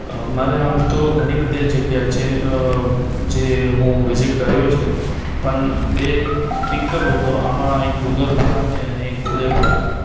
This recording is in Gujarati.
અ મારે આમ તો ઘણી બધી જગ્યા છે જે હું વિઝિટ કર્યો છે પણ બે સ્પીક કરું તો આમાં એક ડુંગરપુર આવે અને એક ઉદયપુર આવે